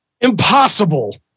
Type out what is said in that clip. Impossible